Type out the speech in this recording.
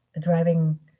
driving